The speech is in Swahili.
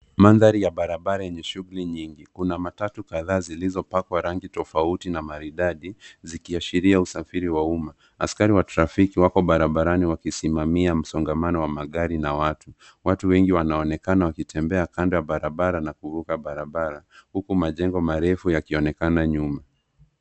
Mandhari ya barabara yenye shughuli nyingi. Kuna matatu kadhaa zilizopakwa rangi tofauti na maridadi zikiashiria usafiri wa umma. Askari wa trafiki wako barabarani wakisimamia msongamano wa magari na watu. Watu wengi wanaonekana wakitembea kando ya barabara na kuvuka barabara, huku majengo marefu yakionekana nyuma.